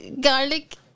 garlic